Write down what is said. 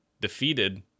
Defeated